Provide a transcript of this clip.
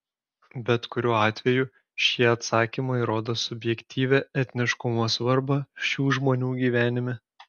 bet kuriuo atveju šie atsakymai rodo subjektyvią etniškumo svarbą šių žmonių gyvenime